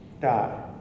Die